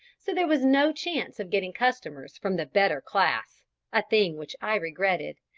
so there was no chance of getting customers from the better class a thing which i regretted,